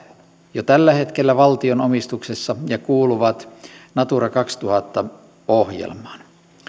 jo tällä hetkellä valtion omistuksessa ja kuuluvat natura kaksituhatta ohjelmaan